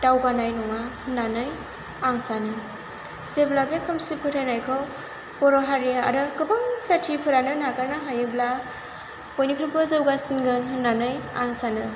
दावगानाय नङा होननानै आं सानो जेब्ला बे खोमसि फोथायनायखौ बर' हारि आरो गोबां जाथिफोरानो नागारनो हायोब्ला बयनिख्रुइबो जौगासिनगोन होननानै आं सानो